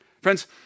Friends